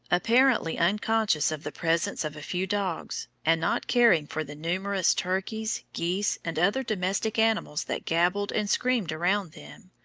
apparently unconscious of the presence of a few dogs, and not caring for the numerous turkeys, geese, and other domestic animals that gabbled and screamed around them.